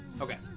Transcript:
Okay